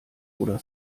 oder